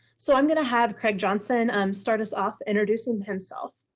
so i'm going to have craig johnson um start us off introducing himself?